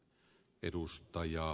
arvoisa puhemies